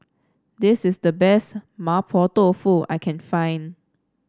this is the best Mapo Tofu I can find